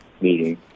meeting